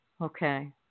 Okay